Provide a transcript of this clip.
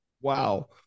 wow